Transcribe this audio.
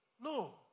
No